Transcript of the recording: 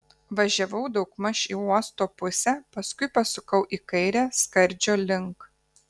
važiavau daugmaž į uosto pusę paskui pasukau į kairę skardžio link